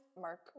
Mark